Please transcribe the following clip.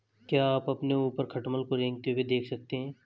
क्या आप अपने ऊपर खटमल को रेंगते हुए देख सकते हैं?